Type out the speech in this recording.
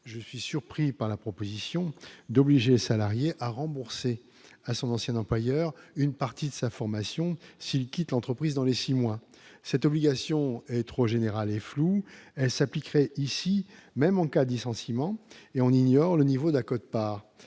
je suis surpris par la proposition d'obliger les salariés à rembourser à son ancien employeur, une partie de sa formation s'il quitte l'entreprise dans les 6 mois, cette obligation est trop générales et floues, elle s'appliquerait ici même en cas dissentiment et on ignore le niveau de la